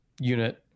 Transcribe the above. unit